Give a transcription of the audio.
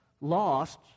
lost